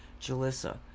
Jalissa